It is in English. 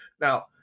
Now